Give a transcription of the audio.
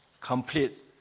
complete